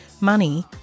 Money